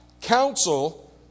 counsel